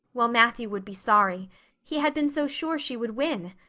well, matthew would be sorry he had been so sure she would win.